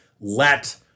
Let